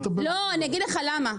לא, אני אגיד לך למה.